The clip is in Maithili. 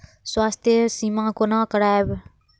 स्वास्थ्य सीमा कोना करायब?